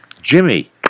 Jimmy